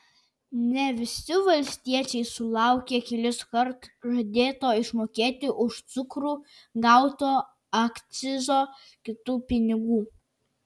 ne visi valstiečiai sulaukė keliskart žadėto išmokėti už cukrų gauto akcizo kitų pinigų